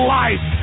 life